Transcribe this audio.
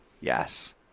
Yes